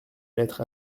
lettres